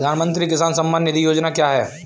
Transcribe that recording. प्रधानमंत्री किसान सम्मान निधि योजना क्या है?